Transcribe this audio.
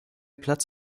platz